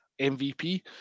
mvp